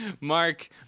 mark